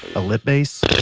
a lip bass,